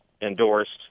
endorsed